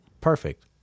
perfect